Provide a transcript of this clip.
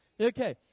Okay